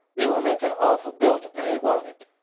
it will make an awful bill to pay, won't it?